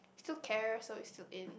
still care so is still in